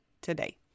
today